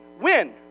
win